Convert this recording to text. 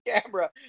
camera